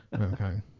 okay